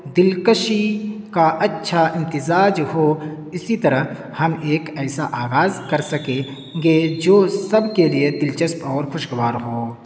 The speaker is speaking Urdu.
دلکشی کا اچھا امتزاج ہو اسی طرح ہم ایک ایسا آغاز کر سکیں گے جو سب کے لیے دلچسپ اور خوشگوار ہوں